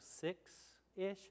six-ish